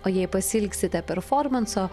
o jei pasiilgsite performanso